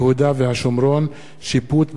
שיפוט בעבירות ועזרה משפטית),